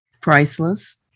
Priceless